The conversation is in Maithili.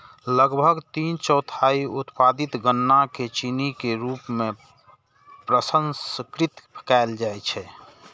लगभग तीन चौथाई उत्पादित गन्ना कें चीनी के रूप मे प्रसंस्कृत कैल जाइ छै